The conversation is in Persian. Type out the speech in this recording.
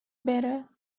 بره